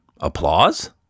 applause